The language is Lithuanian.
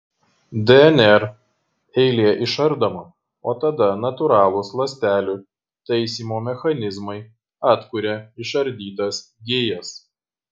dnr eilė išardoma o tada natūralūs ląstelių taisymo mechanizmai atkuria išardytas gijas